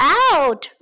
out